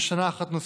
בשנה אחת נוספת.